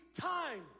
time